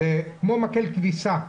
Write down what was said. זה כמו מקל כביסה.